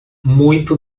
muito